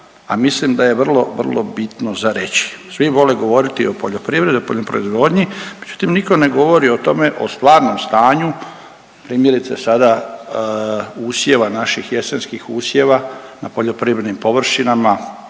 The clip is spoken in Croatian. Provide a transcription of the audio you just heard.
mislim da je vrlo, vrlo bitno za reći. Svi vole govoriti o poljoprivredi i poljoprivrednoj proizvodnji, međutim niko ne govori o tome, o stvarnom stanju, primjerice sada usjeva, naših jesenskih usjeva na poljoprivrednim površinama,